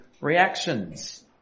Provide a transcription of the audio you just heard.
reactions